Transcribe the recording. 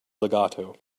legato